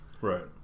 Right